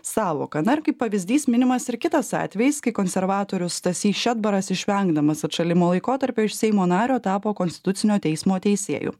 sąvoka na ir kaip pavyzdys minimas ir kitas atvejis kai konservatorius stasys šedbaras išvengdamas atšalimo laikotarpio iš seimo nario tapo konstitucinio teismo teisėju